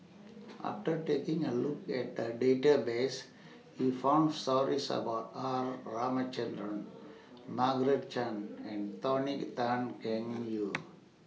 after taking A Look At The Database We found stories about R Ramachandran Margaret Chan and Tony Tan Keng Joo